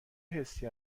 حسی